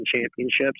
championships